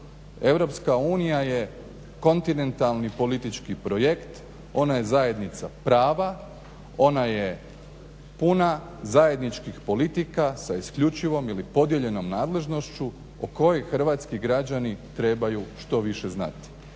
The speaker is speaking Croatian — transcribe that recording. sredstava. EU je kontinentalni politički projekt, ona je zajednica prava, ona je puna zajedničkih politika sa isključivom ili podijeljenom nadležnošću o kojoj Hrvatski građani trebaju što više znati.